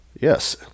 Yes